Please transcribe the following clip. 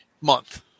month